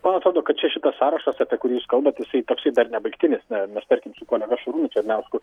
man atrodo kad čia šitas sąrašas apie kurį jūs kalbat jisai toksai dar nebaigtinis ne nes tarkim su kolega šarūnu černiausku